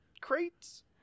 crates